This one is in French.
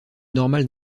normale